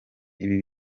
ibi